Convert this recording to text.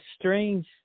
strange